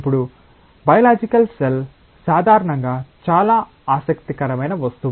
ఇప్పుడు biological cell సాధారణంగా చాలా ఆసక్తికరమైన వస్తువు